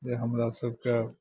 जे हमरा सब कए